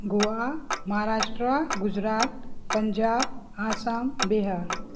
Goa Maharashtra Gujarat Punjab Assam Bihar